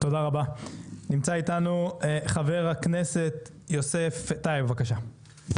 תודה רבה, נמצא איתנו חבר הכנסת יוסף טייב, בבקשה.